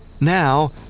Now